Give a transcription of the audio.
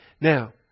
Now